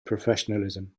professionalism